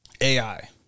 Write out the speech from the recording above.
AI